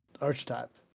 archetype